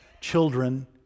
children